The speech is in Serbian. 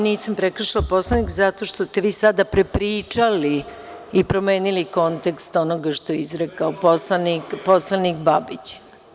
Nisam prekršila Poslovnik, zato što ste vi sada prepričali i promenili kontekst onoga što je izrekao poslanik Babić.